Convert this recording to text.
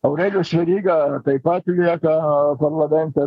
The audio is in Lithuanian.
aurelijus veryga taip pat lieka parlamente